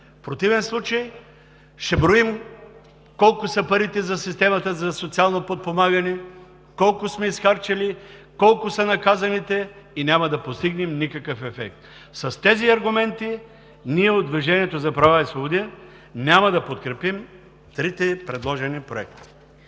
В противен случай ще броим колко са парите за системата за социално подпомагане, колко сме изхарчили, колко са наказаните и няма да постигнем никакъв ефект. С тези аргументи ние от „Движението за права и свободи“ няма да подкрепим трите предложени проекта.